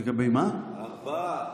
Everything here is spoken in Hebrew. ארבעה.